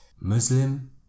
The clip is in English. Muslim